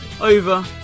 over